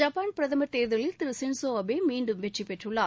Japan பிரதமர் தேர்தலில் திரு ஷின்ஸோ அபே மீண்டும் வெற்றி பெற்றுள்ளார்